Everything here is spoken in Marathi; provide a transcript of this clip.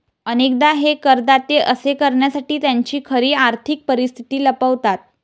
अनेकदा हे करदाते असे करण्यासाठी त्यांची खरी आर्थिक परिस्थिती लपवतात